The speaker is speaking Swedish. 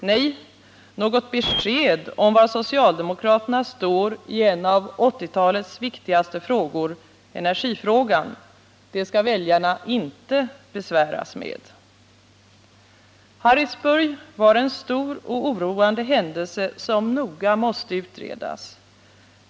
Nej, något besked om var socialdemokraterna står i en av 1980-talets viktigaste frågor — energifrågan — skall väljarna inte besväras med. Det som skedde i Harrisburg var en stor och oroande händelse, som noga måste utredas.